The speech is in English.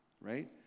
right